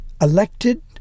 elected